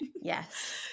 Yes